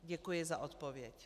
Děkuji za odpověď.